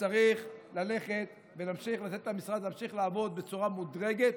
שצריך ללכת ולתת למשרד להמשיך לעבוד בצורה מודרגת,